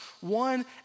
one